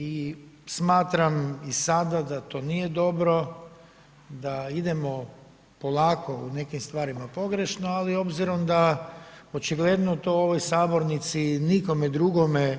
I smatram i sada da to nije dobro, da idemo polako u nekim stvarima pogrešno ali obzirom da očigledno to u ovoj sabornici, nikome drugome